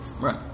Right